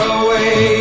away